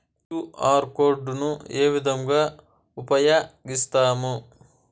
QR code ను ఏ విధంగా ఉపయగిస్తాము?